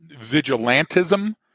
Vigilantism